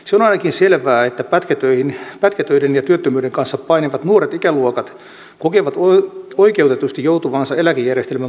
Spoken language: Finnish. se on ainakin selvää että pätkätöiden ja työttömyyden kanssa painivat nuoret ikäluokat kokevat oikeutetusti joutuvansa eläkejärjestelmän maksumiehiksi